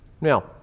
Now